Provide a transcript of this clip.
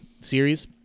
series